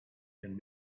can